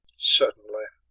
certainly.